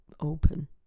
Open